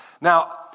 Now